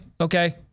okay